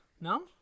No